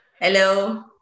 Hello